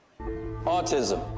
autism